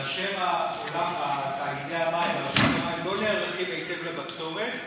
כאשר תאגידי המים ורשות המים לא נערכים היטב לבצורת,